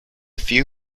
few